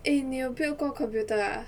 eh 你有 build 过 computer ah